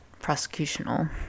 prosecutional